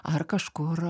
ar kažkur